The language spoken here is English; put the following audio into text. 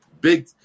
Big